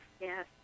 yes